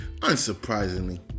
Unsurprisingly